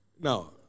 Now